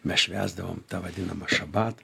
mes švęsdavom tą vadinamą šabatą